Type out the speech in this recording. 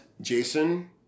Jason